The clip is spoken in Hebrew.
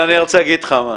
אני רוצה להגיד לך משהו,